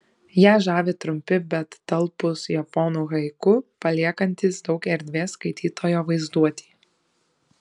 ją žavi trumpi bet talpūs japonų haiku paliekantys daug erdvės skaitytojo vaizduotei